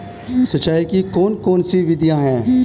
सिंचाई की कौन कौन सी विधियां हैं?